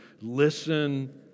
listen